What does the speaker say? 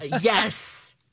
Yes